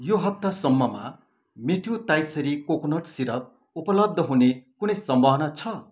यो हप्तासम्ममा Mathew Thaiseri coconut syrup उपलब्ध हुने कुनै सम्भावना छ